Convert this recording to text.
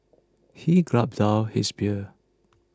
he gulped down his beer